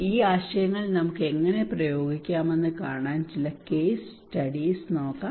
ഈ ആശയങ്ങൾ നമുക്ക് എങ്ങനെ പ്രയോഗിക്കാമെന്ന് കാണാൻ ചില കേസ് സ്റ്റഡീസ് നോക്കാം